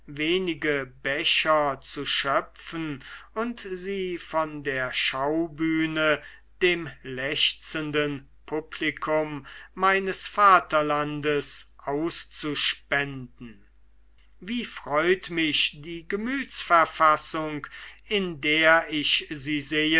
wenige becher zu schöpfen und sie von der schaubühne dem lechzenden publikum meines vaterlandes auszuspenden wie freut mich die gemütsverfassung in der ich sie sehe